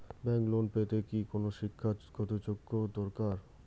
Bank loan পেতে কি কোনো শিক্ষা গত যোগ্য দরকার?